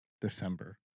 December